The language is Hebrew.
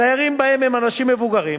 הדיירים בהם הם אנשים מבוגרים